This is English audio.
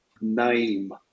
name